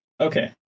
Okay